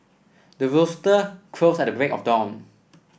the rooster crows at the break of dawn